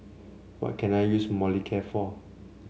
what can I use Molicare for